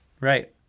right